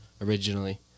originally